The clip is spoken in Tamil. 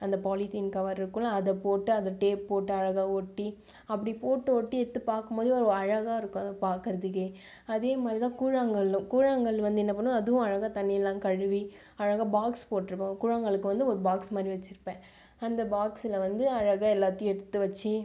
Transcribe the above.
அந்த பாலித்தீன் கவர் இருக்கும்ல அதை போட்டு அந்த டேப் போட்டு அழகாக ஒட்டி அப்படி போட்டு ஒட்டி எடுத்து பார்க்கும்போது ஒரு அழகாக இருக்கும் அதை பார்க்கறதுக்கே அதே மாதிரி தான் கூழாங்கல்லும் கூழாங்கல் வந்து என்ன பண்ணும் அதுவும் அழகாக தண்ணிலலாம் கழுவி அழகாக பாக்ஸ் போட்டுயிருக்கும் கூழாங்கல்லுக்கு வந்து ஒரு பாக்ஸ் மாதிரி வச்சுருப்பேன் அந்த பாக்ஸில் வந்து அழகாக எல்லாத்தையும் எடுத்து வச்சு